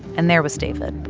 and there was david,